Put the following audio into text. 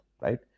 right